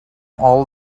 all